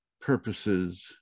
purposes